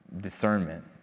discernment